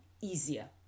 easier